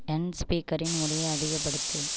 என் ஸ்பீக்கரின் ஒலியை அதிகப்படுத்து